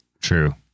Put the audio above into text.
True